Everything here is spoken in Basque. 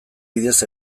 bidez